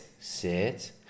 sit